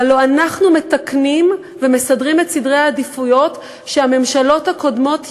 הלוא אנחנו מתקנים ומסדרים את סדרי העדיפויות שהממשלות הקודמות יצרו.